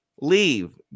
Leave